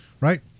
Right